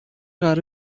قراره